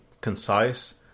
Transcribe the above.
concise